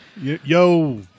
Yo